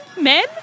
men